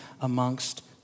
amongst